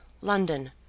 London